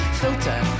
filter